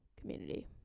community